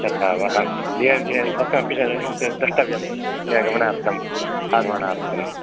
तथा वा द्रष्टव्यं गमनार्थं आगमनार्थं